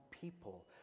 people